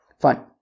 Fine